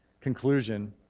conclusion